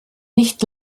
nicht